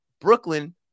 Brooklyn